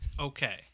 Okay